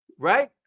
Right